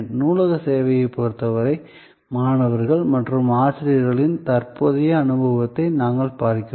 நூலக சேவையைப் பொறுத்தவரை மாணவர்கள் மற்றும் ஆசிரியர்களின் தற்போதைய அனுபவத்தை நாங்கள் பார்க்கிறோம்